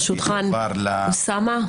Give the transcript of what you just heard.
ברשותך אוסאמה,